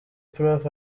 prof